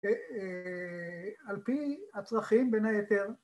‫על פי הצרכים, בין היתר,